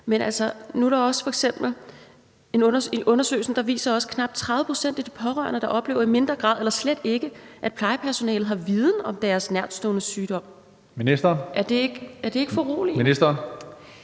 og omsorg. Der er en undersøgelse, der viser, at knap 30 pct. af de pårørende oplever i mindre grad eller slet ikke, at plejepersonalet har viden om deres nærtståendes sygdom. Er det ikke foruroligende?